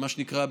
מה שנקרא,